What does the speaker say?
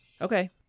Okay